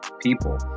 people